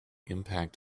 impact